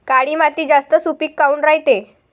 काळी माती जास्त सुपीक काऊन रायते?